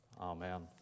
Amen